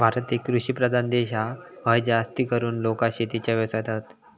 भारत एक कृषि प्रधान देश हा, हय जास्तीकरून लोका शेतीच्या व्यवसायात हत